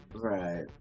Right